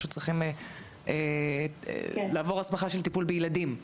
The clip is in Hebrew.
פשוט צריכים לעבור הסמכה של טיפול בילדים.